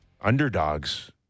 underdogs